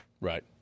Right